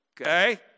okay